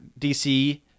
DC